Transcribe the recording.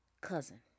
cousin